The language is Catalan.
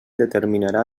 determinarà